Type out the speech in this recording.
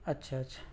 اچھا اچھا